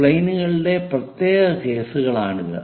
പ്ലെയിനുകളുടെ പ്രത്യേക കേസുകളാണിത്